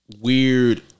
weird